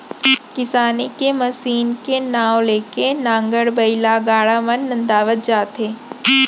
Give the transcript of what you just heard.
किसानी के मसीन के नांव ले के नांगर, बइला, गाड़ा मन नंदावत जात हे